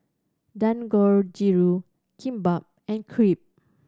Dangojiru Kimbap and Crepe